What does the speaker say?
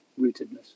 rootedness